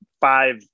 five